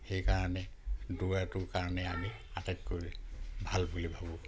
সেইকাৰণে দৌৰাটোৰ কাৰণে আমি আটাইতকৈ ভাল বুলি ভাবোঁ